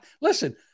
listen